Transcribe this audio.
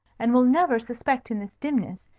and will never suspect in this dimness,